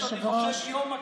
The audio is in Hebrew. אני חושב יומא,